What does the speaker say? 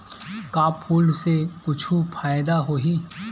का फूल से कुछु फ़ायदा होही?